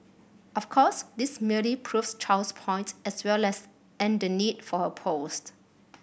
of course this merely proves Chow's point as well as and the need for her post